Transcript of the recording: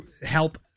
help